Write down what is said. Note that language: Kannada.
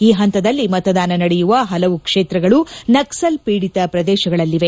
ಈ ಹಂತದಲ್ಲಿ ಮತದಾನ ನಡೆಯುವ ಹಲವು ಕ್ಷೇತ್ರಗಳು ನಕ್ಷಲ್ ಪೀಡಿತ ಪ್ರದೇಶಗಳಲ್ಲಿವೆ